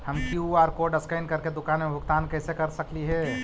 हम QR code scan करके दुकान में भुगतान कैसे कर सकली हे?